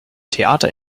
theater